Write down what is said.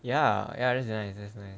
ya ya that's nice that's nice